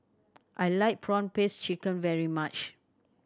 I like prawn paste chicken very much